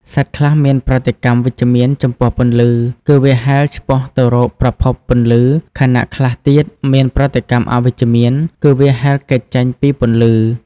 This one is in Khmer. សត្វខ្លះមានប្រតិកម្មវិជ្ជមានចំពោះពន្លឺ គឺវាហែលឆ្ពោះទៅរកប្រភពពន្លឺ ខណៈខ្លះទៀតមានប្រតិកម្មអវិជ្ជមាន គឺវាហែលគេចចេញពីពន្លឺ។